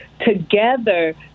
together